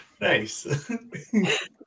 Nice